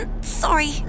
Sorry